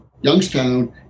Youngstown